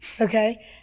Okay